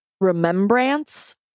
Remembrance